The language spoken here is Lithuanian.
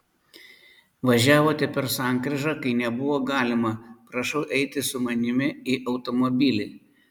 važiavote per sankryžą kai nebuvo galima prašau eiti su manimi į automobilį